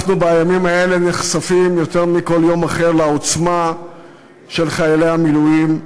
בימים האלה אנחנו נחשפים יותר מבכל יום אחר לעוצמה של חיילי המילואים,